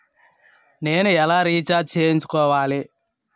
నేను ఎలా రీఛార్జ్ చేయించుకోవాలి?